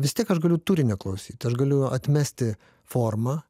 vis tiek aš galiu turinio klausyt aš galiu atmesti formą